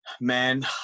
man